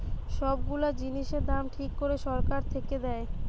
সব গুলা জিনিসের দাম ঠিক করে সরকার থেকে দেয়